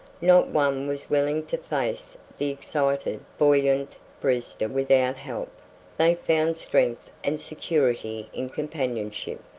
not one was willing to face the excited, buoyant brewster without help they found strength and security in companionship.